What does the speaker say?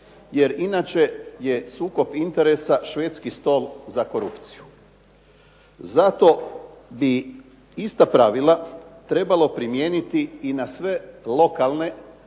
jer inače je sukob interesa švedski stol za korupciju. Zato bi ista pravila trebalo primijeniti i na sve lokalne